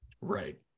Right